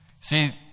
See